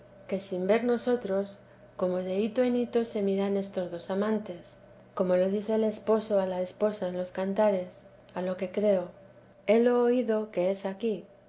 que sin ver nosotros como de hito en hito se miran estos dos amantes como lo dice el esposo a la esposa en los cantares a lo que creo helo oído que es aquí